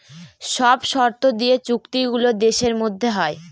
সব শর্ত দিয়ে চুক্তি গুলো দেশের মধ্যে হয়